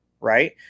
Right